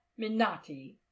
Minati